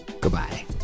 goodbye